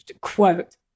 quote